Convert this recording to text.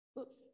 oops